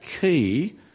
key